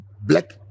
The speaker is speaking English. black